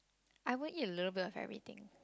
I would eat a little bit of everything